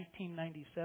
1997